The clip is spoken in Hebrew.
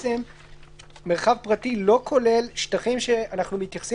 בעצם מרחב פרטי לא כולל שטחים שאנחנו מתייחסים